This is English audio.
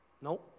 No